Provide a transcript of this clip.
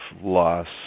loss